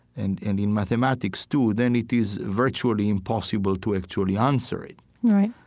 and and in mathematics too, then it is virtually impossible to actually answer it right